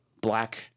black